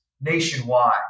nationwide